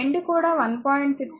వెండి కూడా 1